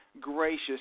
gracious